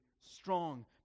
strong